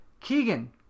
Keegan